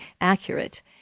accurate